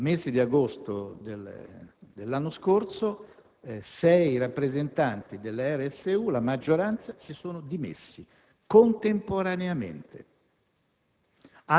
nel mese di agosto dell'anno scorso sei rappresentanti (la maggioranza) delle RSU si sono dimessi contemporaneamente.